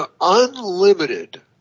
Unlimited